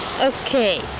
Okay